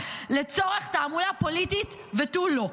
לצורך תעמולה פוליטית ותו לא.